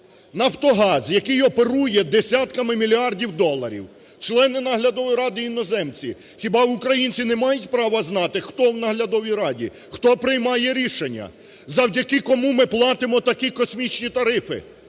"Нафтогаз", який оперує десятками мільярдів доларів, члени наглядової ради іноземці, хіба українці не мають права знати, хто в наглядовій раді, хто приймає рішення, завдяки кому ми платимо такі космічні тарифи?